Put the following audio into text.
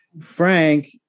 Frank